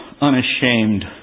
unashamed